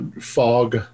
fog